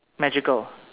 magical